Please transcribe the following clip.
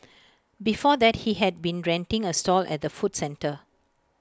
before that he had been renting A stall at the food centre